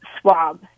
swab